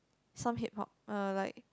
some Hip-Hop uh like